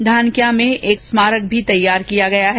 धानक्या में एक स्मारक भी तैयार किया गया है